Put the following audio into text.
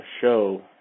show